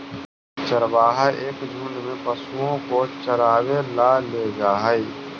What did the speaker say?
चरवाहा एक झुंड में पशुओं को चरावे ला ले जा हई